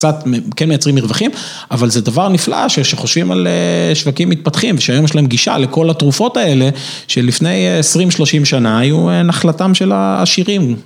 קצת כן מייצרים מרווחים, אבל זה דבר נפלא שחושבים על שווקים מתפתחים שהיום יש להם גישה לכל התרופות האלה שלפני 20-30 שנה היו נחלתם של העשירים.